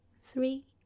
three